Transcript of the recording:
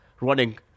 running